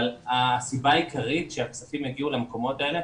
אבל הסיבה העיקרית שהכספים יגיעו למקומות האלה